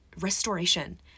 restoration